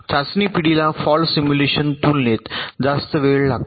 चाचणी पिढीला फॉल्ट सिम्युलेशनच्या तुलनेत जास्त वेळ लागतो